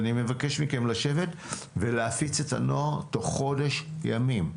אני מבקש מכם לשבת ולהפיץ את הנוהל תוך חודש ימים.